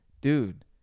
Dude